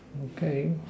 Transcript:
okay